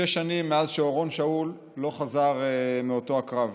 שש שנים מאז אורון שאול לא חזר מאותו הקרב,